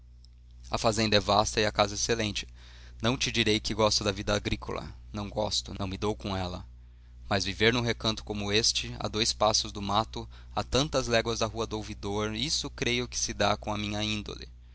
a fazenda é vasta e a casa excelente não te direi que gosto da vida agrícola não gosto não me dou com ela mas viver num recanto como este a dois passos do mato a tantas léguas da rua do ouvidor isso creio que se dá com a minha índole